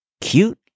cute